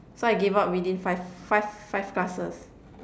so I gave up within five five five classes